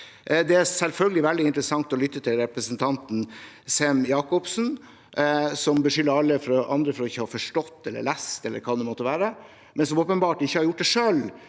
Det er selvfølgelig veldig interessant å lytte til representanten Sem-Jacobsen, som beskylder alle andre for ikke å ha forstått eller lest, eller hva det måtte være, men som åpenbart ikke har gjort det selv,